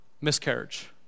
miscarriage